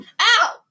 Ow